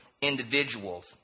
individuals